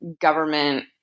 government